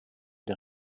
der